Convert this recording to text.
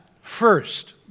first